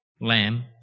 lamb